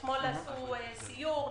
אתמול עשו סיור,